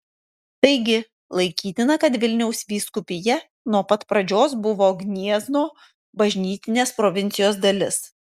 taigi laikytina kad vilniaus vyskupija nuo pat pradžios buvo gniezno bažnytinės provincijos dalis